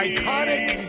Iconic